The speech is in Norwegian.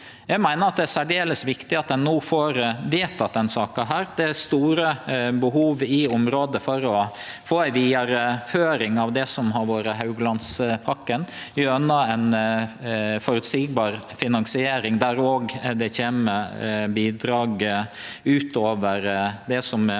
Eg meiner det er særdeles viktig at ein no får vedteke denne saka. Det er store behov i området for å få ei vidareføring av det som har vore Haugalandspakken gjennom ei føreseieleg finansiering, der det òg kjem bidrag utover det som er